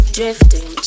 drifting